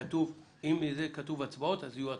אם יהיה כתוב "הצבעות" אזי תהיינה הצבעות.